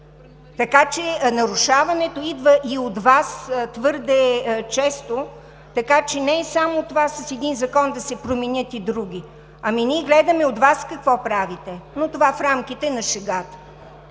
Нарушаването идва и от Вас твърде често, така че не е само това с един закон да се променят и други. Ами ние гледаме от Вас какво правите, но това – в рамките на шегата.